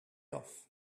off